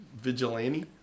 Vigilante